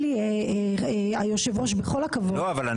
וידוא